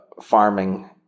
farming